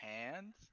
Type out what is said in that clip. hands